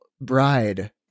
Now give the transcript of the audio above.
bride